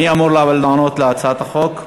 מי אמור לענות על הצעת החוק?